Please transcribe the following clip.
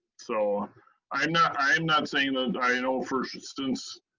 so i'm not i'm not saying, and you know for instance